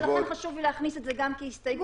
ולכן חשוב לי להכניס את זה גם כהסתייגות.